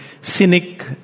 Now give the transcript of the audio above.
cynic